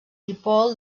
dipol